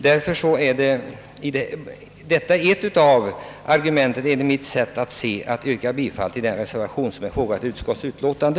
Det är ett av argumenten enligt mitt sätt att se för att yrka bifall till den reservation som är fogad till utskottets utlåtande.